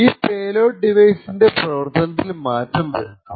ഈ പേലോഡ് ഡിവൈസിന്റെ പ്രവർത്തനത്തിൽ മാറ്റം വരുത്തും